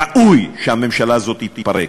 ראוי שהממשלה הזאת תתפרק.